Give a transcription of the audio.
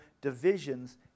divisions